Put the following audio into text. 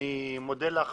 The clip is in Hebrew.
אני מודה לך